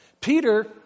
Peter